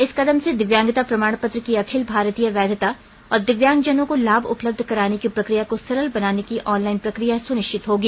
इस कदम से दिव्यांगता प्रमाण पत्र की अखिल भारतीय वैधता और दिव्यांगजनों को लाभ उपलब्ध कराने की प्रक्रिया को सरल बनाने की ऑनलाइन प्रक्रिया सुनिश्चित होगी